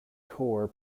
core